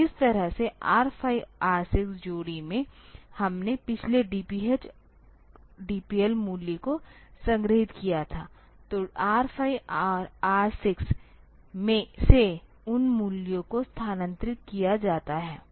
तो इस तरह से R5 R6 जोड़ी में हमने पिछले DPH DPL मूल्य को संग्रहीत किया था तो R5 और R6 से उन मूल्यों को स्थानांतरित किया जाता है